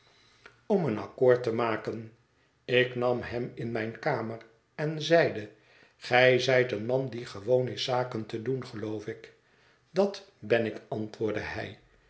om een accoord te maken ik nam hem in mijne kamer en zeide gij zijt een man die gewoon is zaken te doen geloof ik dat ben ik antwoordde hij